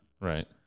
Right